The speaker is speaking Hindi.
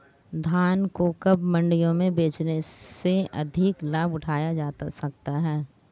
धान को कब मंडियों में बेचने से अधिक लाभ उठाया जा सकता है?